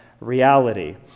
reality